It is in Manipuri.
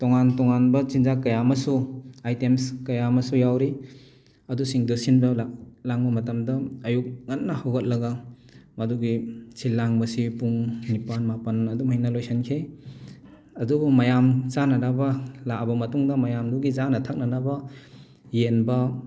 ꯇꯣꯉꯥꯟ ꯇꯣꯉꯥꯟꯕ ꯆꯤꯟꯖꯥꯛ ꯀꯌꯥ ꯑꯃꯁꯨ ꯑꯥꯏꯇꯦꯝꯁ ꯀꯌꯥ ꯑꯃꯁꯨ ꯌꯥꯎꯔꯤ ꯑꯗꯨꯁꯤꯡꯗꯨ ꯁꯤꯟꯕ ꯂꯥꯡꯕ ꯃꯇꯝꯗ ꯑꯌꯨꯛ ꯉꯟꯅ ꯍꯧꯒꯠꯂꯒ ꯃꯗꯨꯒꯤ ꯁꯤꯟ ꯂꯥꯡꯕꯁꯤ ꯄꯨꯡ ꯅꯤꯄꯥꯟ ꯃꯥꯄꯟ ꯑꯗꯨꯃꯥꯏꯅ ꯂꯣꯏꯁꯟꯈꯤ ꯑꯗꯨꯕꯨ ꯃꯌꯥꯝ ꯆꯥꯅꯅꯕ ꯂꯥꯛꯑꯕ ꯃꯇꯨꯡꯗ ꯃꯌꯥꯝꯗꯨꯒꯤ ꯆꯥꯅ ꯊꯛꯅꯅꯕ ꯌꯦꯟꯕ